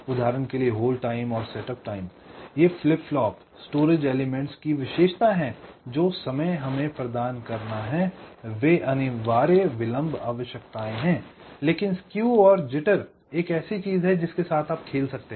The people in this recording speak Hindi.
उदाहरण के लिए होल्ड टाइम और सेटअप टाइम ये फ्लिप फ्लॉप स्टोरेज एलिमेंट्स की विशेषता है जो समय हमें प्रदान करना है वे अनिवार्य विलंब आवश्यकताएं हैं लेकिन स्केव और जिटर एक ऐसी चीज है जिसके साथ आप खेल सकते हैं